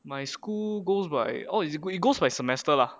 my school goes by oh is go it goes my semester lah